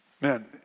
Man